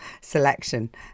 selection